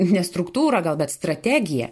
ne struktūrą gal bet strategiją